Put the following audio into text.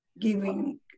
giving